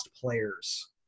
players